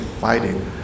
fighting